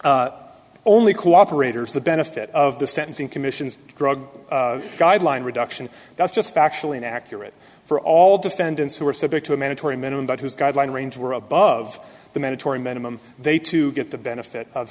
give only cooperators the benefit of the sentencing commission's drug guideline reduction that's just factually inaccurate for all defendants who are subject to a mandatory minimum but whose guideline range were above the mandatory minimum they to get the benefit of